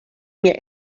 mia